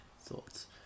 thoughts